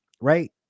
right